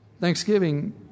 Thanksgiving